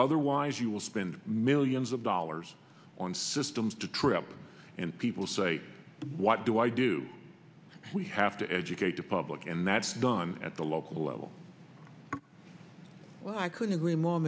otherwise you will spend millions of dollars on systems to trip and people say what do i do we have to educate the public and that's done at the local level well i couldn't agree more